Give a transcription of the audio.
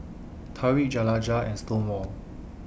Tarik Jaliyah and Stonewall